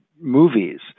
movies